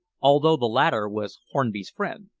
although the latter was hornby's friend.